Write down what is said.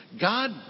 God